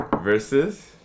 versus